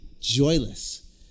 joyless